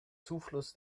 zufluss